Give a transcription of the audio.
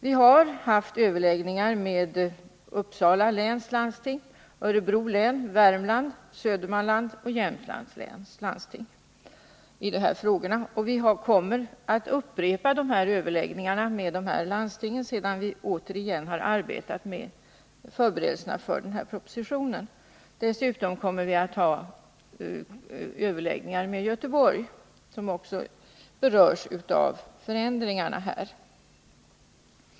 Vi har haft överläggningar med landstingen i Uppsala län, Örebro län, Värmlands län, Södermanlands län och Jämtlands län i de här frågorna, och vi kommer att upprepa överläggningarna med dessa landsting sedan vi ytterligare arbetat med förberedelserna för propositionen. Dessutom kommer vi att ha överläggningar med Göteborg, som också berörs av förändringarna här.